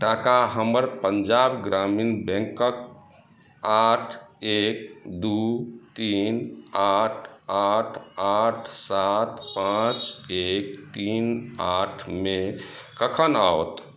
टाका हमर पंजाब ग्रामीण बैंकक आठ एक दू तीन आठ आठ आठ सात पाँच एक तीन आठ मे कखन आओत